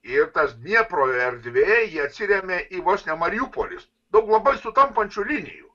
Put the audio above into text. ir tas dniepro erdvėj atsiremia į vos ne mariupolis daug labai sutampančių linijų